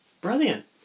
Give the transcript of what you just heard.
Brilliant